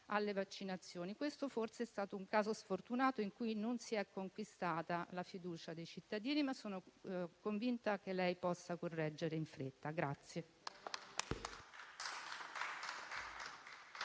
alle vaccinazioni. Questo forse è stato un caso sfortunato in cui non si è conquistata la fiducia dei cittadini, ma sono convinta che lei possa apportare una rapida